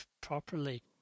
properly